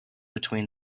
between